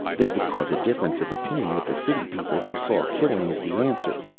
this would cause a difference of opinion with the city people who saw killing as the answer.